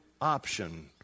option